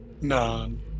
None